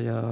tietoa